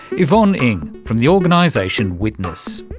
yvonne ng from the organisation witness.